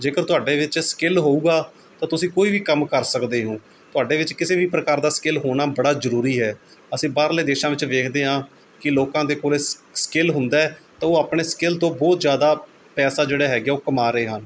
ਜੇਕਰ ਤੁਹਾਡੇ ਵਿੱਚ ਸਕਿੱਲ ਹੋਵੇਗਾ ਤਾਂ ਤੁਸੀਂ ਕੋਈ ਵੀ ਕੰਮ ਕਰ ਸਕਦੇ ਹੋ ਤੁਹਾਡੇ ਵਿੱਚ ਕਿਸੇ ਵੀ ਪ੍ਰਕਾਰ ਦਾ ਸਕਿੱਲ ਹੋਣਾ ਬੜਾ ਜ਼ਰੂਰੀ ਹੈ ਅਸੀਂ ਬਾਹਰਲੇ ਦੇਸ਼ਾਂ ਵਿੱਚ ਵੇਖਦੇ ਹਾਂ ਕਿ ਲੋਕਾਂ ਦੇ ਕੋਲ ਸਕਿੱਲ ਹੁੰਦਾ ਹੈ ਤਾਂ ਉਹ ਆਪਣੇ ਸਕਿੱਲ ਤੋਂ ਬਹੁਤ ਜ਼ਿਆਦਾ ਪੈਸਾ ਜਿਹੜਾ ਹੈਗਾ ਉਹ ਕਮਾ ਰਹੇ ਹਨ